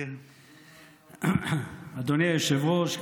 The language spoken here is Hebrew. אדוני היושב-ראש,